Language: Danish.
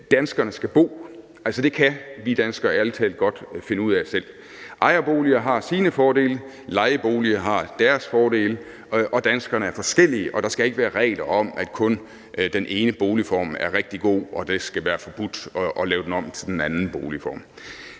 danskerne skal bo. Det kan vi danskere ærlig talt godt finde ud af selv. Ejerboliger har deres fordele, lejeboliger har deres fordele, og danskerne er forskellige, og der skal ikke være regler om, at kun den ene boligform er rigtig god, og at det skal være forbudt at lave den om til den anden boligform.